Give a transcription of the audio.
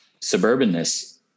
suburbanness